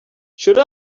should